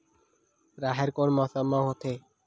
राहेर कोन मौसम मा होथे?